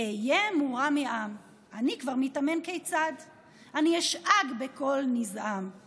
אהיה מורם מעם/ אני כבר מתאמן כיצד/ לשאוג בקול נזעם //